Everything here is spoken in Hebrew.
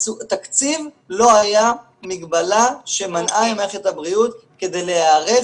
תקציב לא היה מגבלה שמנעה ממערכת הבריאות כדי להיערך